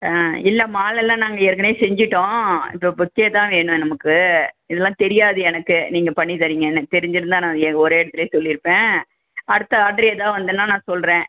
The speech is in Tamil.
ஆ இல்லை மாலைல்லாம் நாங்கள் ஏற்கனவே செஞ்சிட்டோம் இப்போ பொக்கே தான் வேணும் நமக்கு இதுலாம் தெரியாது எனக்கு நீங்கப் பண்ணி தர்றீங்கன்னு தெரிஞ்சிருந்தால் நான் ஏ ஒரே இடத்துலியே சொல்லிருப்பேன் அடுத்த ஆட்ரு ஏதாவது வந்துதுன்னால் நான் சொல்கிறேன்